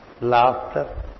laughter